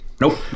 nope